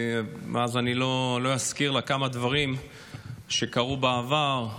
אז אני לא אזכיר לה כמה דברים שקרו בעבר,